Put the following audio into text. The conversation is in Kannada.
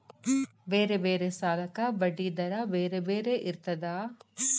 ಬೇರೆ ಬೇರೆ ಸಾಲಕ್ಕ ಬಡ್ಡಿ ದರಾ ಬೇರೆ ಬೇರೆ ಇರ್ತದಾ?